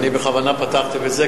בכוונה פתחתי בזה,